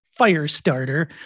Firestarter